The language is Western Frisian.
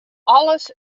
alles